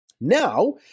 Now